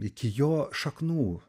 iki jo šaknų